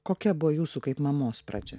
kokia buvo jūsų kaip mamos pradžia